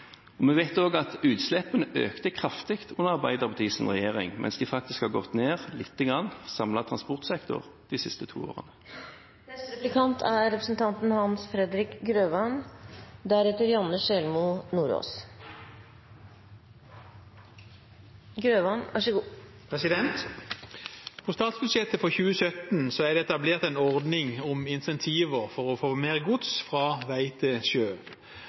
styrte. Vi vet også at utslippene økte kraftig under Arbeiderpartiets regjering, mens de faktisk har gått ned, lite grann, i samlet transportsektor de siste to årene. I statsbudsjettet for 2017 er det etablert en ordning om incentiver for å få mer gods fra vei til sjø.